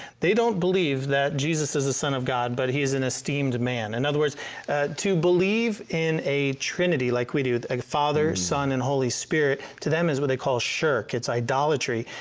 they don't believe that jesus is the son of god but he is an esteemed man. in other words to believe in a trinity like we do, the father, son and holy spirit to them is what they call shirk it is idolatry.